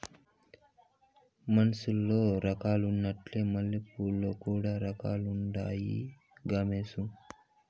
మనుసులల్ల రకాలున్నట్లే మల్లెపూలల్ల కూడా రకాలుండాయి గామోసు